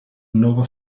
nova